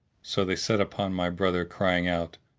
so they set upon my brother crying out,